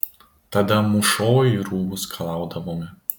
tada mūšoj rūbus skalaudavome